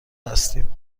هستیم